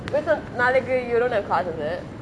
நாளைக்கு:naalaiku you don't have class is it